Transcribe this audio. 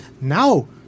now